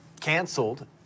canceled